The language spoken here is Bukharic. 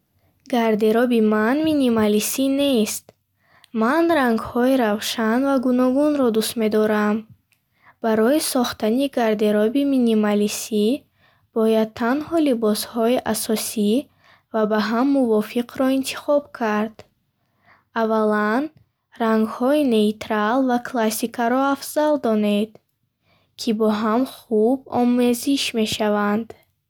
Гардероби ман минималисӣ нест. Ман рангхои равшан ва гуногунро дӯст медорам. Барои сохтани гардероби минималистӣ бояд танҳо либосҳои асосӣ ва ба ҳам мувофиқро интихоб кард. Аввалан, рангҳои нейтрал ва классикаро афзал донед, ки бо ҳам хуб омезиш мешаванд.